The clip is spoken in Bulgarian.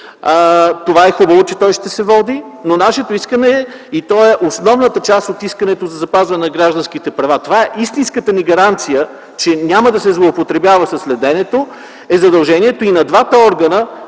Много е хубаво, че той ще се води, но нашето искане – и то е основната част от искането за запазването на гражданските права, това е истинската ни гаранция, че няма да се злоупотребява със следенето - е задължението и на двата органа